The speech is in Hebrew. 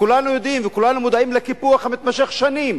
כולנו יודעים וכולנו מודעים לקיפוח המתמשך שנים